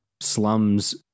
slums